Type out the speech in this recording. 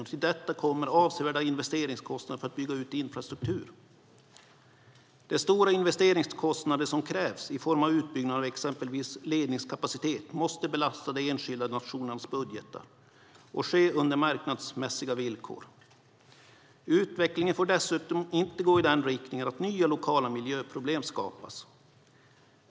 Och till detta kommer avsevärda investeringskostnader för att bygga ut infrastruktur. De stora investeringskostnader som krävs i form av utbyggnad av exempelvis ledningskapacitet måste belasta de enskilda nationernas budgetar, och det måste ske under marknadsmässiga villkor. Utvecklingen får dessutom inte gå i den riktningen att nya lokala miljöproblem skapas.